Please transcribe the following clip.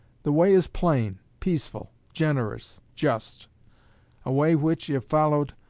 the way is plain, peaceful, generous, just a way which, if followed,